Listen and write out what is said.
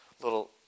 little